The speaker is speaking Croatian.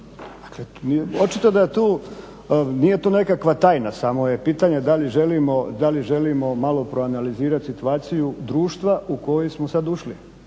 Dakle očito da tu nije tu nekakva tajna, samo je pitanje da li želimo malo proanalizirat društva u koje smo sad ušli.